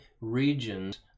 regions